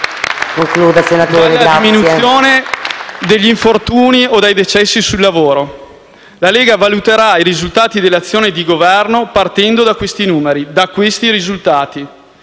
La Lega valuterà i risultati dell'azione di Governo partendo da questi numeri e da questi risultati.